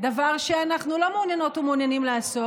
דבר שאנחנו לא מעוניינות ומעוניינים לעשות.